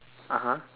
(uh huh)